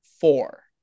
Four